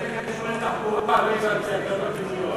מה זה קשור לתחבורה, לא הבנתי.